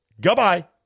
Goodbye